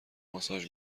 ماساژ